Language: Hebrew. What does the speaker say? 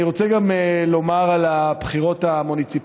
אני רוצה גם לומר על הבחירות המוניציפליות: